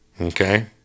okay